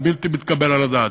זה בלתי מתקבל על הדעת.